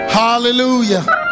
hallelujah